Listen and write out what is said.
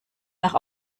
nach